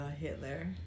Hitler